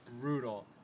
brutal